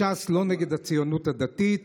אז ש"ס לא נגד הציונות הדתית,